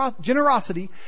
generosity